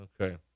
Okay